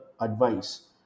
advice